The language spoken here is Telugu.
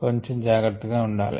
కొంచెం జాగ్రత్తగా ఉండాలి